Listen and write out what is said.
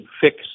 fix